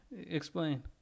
Explain